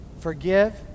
Forgive